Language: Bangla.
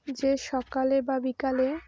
যে সকালে বা বিকালে